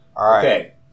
Okay